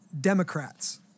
Democrats